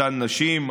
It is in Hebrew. אותן נשים,